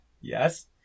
Yes